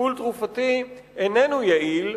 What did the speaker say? טיפול תרופתי איננו יעיל,